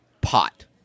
pot